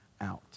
out